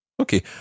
Okay